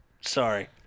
Sorry